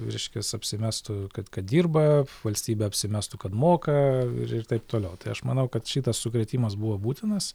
reiškias apsimestų kad kad dirba valstybė apsimestų kad moka ir ir taip toliau tai aš manau kad šitas sukrėtimas buvo būtinas